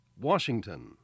Washington